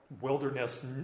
wilderness